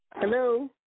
Hello